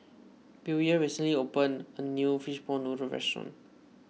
Billye recently opened a new Fishball Noodle restaurant